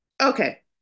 Okay